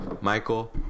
Michael